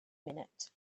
minute